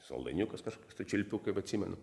saldainiukas kažkoks tai čiulpiu kaip atsimenu